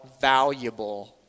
valuable